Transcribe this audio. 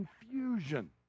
confusion